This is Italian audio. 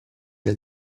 nel